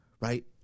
right